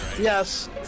Yes